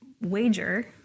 wager